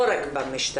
לא רק במשטרה,